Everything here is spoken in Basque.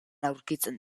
aurkitzen